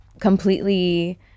completely